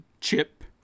chip